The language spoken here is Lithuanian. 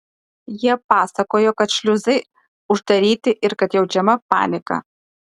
jie pasakojo kad šliuzai uždaryti ir kad jaučiama panika